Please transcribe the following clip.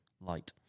light